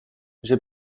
j’ai